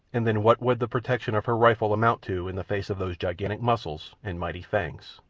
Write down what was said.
and then what would the protection of her rifle amount to in the face of those gigantic muscles and mighty fangs?